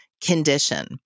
condition